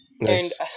Nice